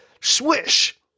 Swish